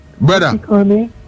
Brother